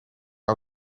een